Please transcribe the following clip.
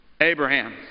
Abraham